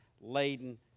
laden